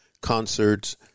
concerts